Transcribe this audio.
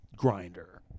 grinder